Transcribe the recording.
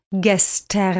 gestern